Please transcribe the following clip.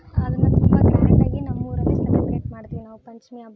ಅದನ್ನು ತುಂಬ ಗ್ರ್ಯಾಂಡ್ ಆಗಿ ನಮ್ಮೂರಲ್ಲಿ ಸೆಲಬ್ರೆಟ್ ಮಾಡ್ತೀವಿ ನಾವು ಪಂಚಮಿ ಹಬ್ಬನ